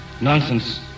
Nonsense